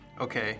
Okay